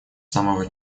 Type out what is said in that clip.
самого